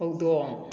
ꯍꯧꯗꯣꯡ